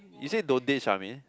you say don't date Shamin